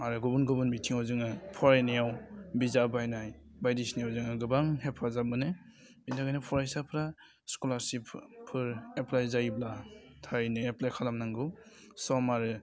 आरो गुबुन गुबुन बिथिङाव जोङो फरायनायाव बिजाब बायनाय बायदिसिनायाव जोङो गोबां हेफाजाब मोनो बेनि थाखायनो फरायसाफ्रा स्कुलारशिपफोर एप्लाइ जायोब्ला थारैनो एप्लाइ खालामनांगौ सम आरो